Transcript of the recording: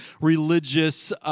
religious